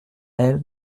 elle